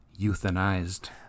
euthanized